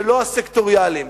ולא הסקטוריאליים.